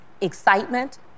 excitement